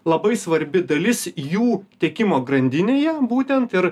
labai svarbi dalis jų tiekimo grandinėje būtent ir